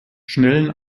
schnellen